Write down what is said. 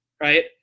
right